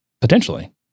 potentially